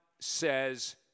says